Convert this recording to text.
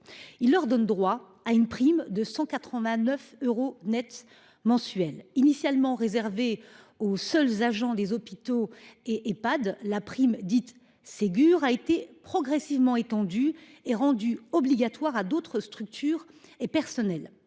Il leur donne droit à une prime de 189 euros net mensuels. Initialement réservée aux seuls agents des hôpitaux et Ehpad, la prime dite Ségur a été progressivement étendue et rendue obligatoire à d’autres structures et personnels.